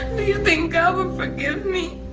you think god will forgive me?